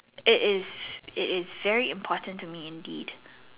it is it is very important to me indeed